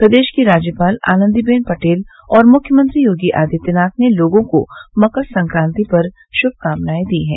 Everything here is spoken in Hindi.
प्रदेश की राज्यपाल आनन्दीबेन पटेल और मुख्यमंत्री योगी आदित्यनाथ ने लोगों को मकर संक्राति पर शुभकामनाएं दी हैं